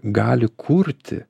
gali kurti